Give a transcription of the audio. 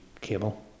cable